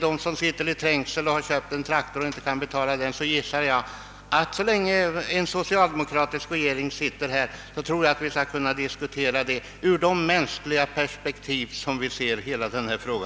De som köpt en traktor och inte kan betala den behöver säkerligen inte frukta, att vi, så länge det sitter en socialdemokratisk regering, inte skall kunna diskutera detta i de mänskliga perspektiv, i vilka vi ser hela denna fråga.